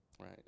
Right